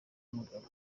mugabo